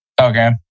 Okay